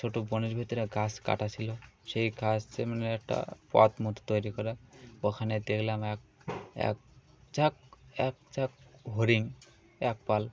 ছোটো বনের ভিতরে এক ঘাস কাটা ছিলো সেই ঘাস মানে একটা পথ মতো তৈরি করা ওখানে দেলাম এক এক চাক এক চাক হরিং এক পাল